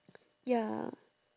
ya